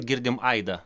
girdim aidą